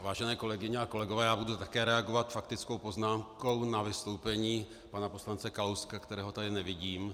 Vážené kolegyně a kolegové, já budu také reagovat faktickou poznámkou na vystoupení pana poslance Kalouska, kterého tady nevidím.